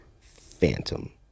Phantom